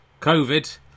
Covid